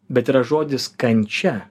bet yra žodis kančia